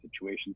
situation